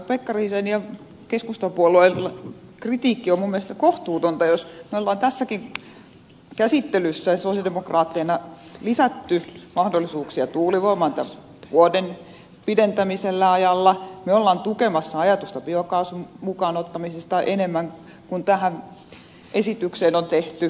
pekkarisen ja keskustapuolueen kritiikki on minun mielestäni kohtuutonta jos me olemme tässäkin käsittelyssä sosialidemokraatteina lisänneet mahdollisuuksia tuulivoimaan tällä vuoden pidentämisajalla me olemme tukemassa ajatusta biokaasun mukaan ottamisesta enemmän kuin tähän esitykseen on tehty